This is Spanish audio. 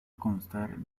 constar